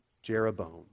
Jeroboam